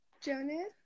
Jonas